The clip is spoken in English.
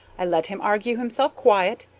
i let him argue himself quiet,